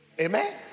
Amen